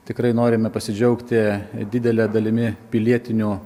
tikrai norime pasidžiaugti didele dalimi pilietinio